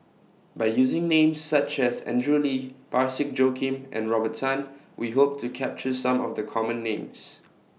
By using Names such as Andrew Lee Parsick Joaquim and Robert Tan We Hope to capture Some of The Common Names